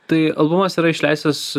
tai albumas yra išleistas